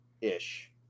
ish